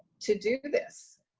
to do this.